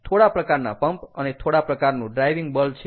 થોડા પ્રકારના પંપ અને થોડા પ્રકારનું ડ્રાઇવિંગ બળ છે